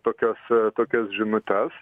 tokias tokias žinutes